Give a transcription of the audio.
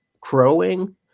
crowing